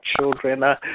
children